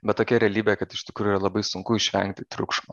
bet tokia realybė kad iš tikrųjų labai sunku išvengti triukšmo